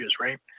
right